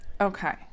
Okay